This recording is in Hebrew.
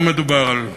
לא מדובר על תאווה.